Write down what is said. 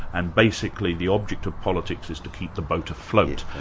and basically the object of politics is to keep the boat afloat,